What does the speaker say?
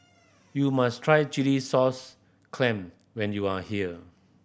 you must try chilli sauce clam when you are here